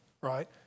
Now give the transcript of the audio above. right